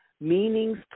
meanings